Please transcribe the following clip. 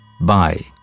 Bye